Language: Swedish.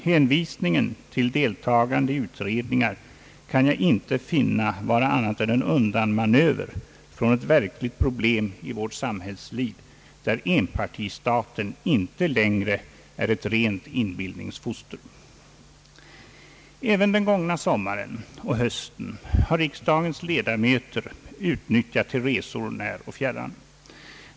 Hänvisningen till deltagande i utredningar kan jag inte finna vara annat än en undanmanöver från ett verkligt problem i vårt samhällsliv där enpartistaten inte längre är ett rent inbillningsfoster. Även den gångna sommaren och hösten har riksdagens ledamöter utnyttjat till resor när och fjärran.